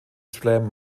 slam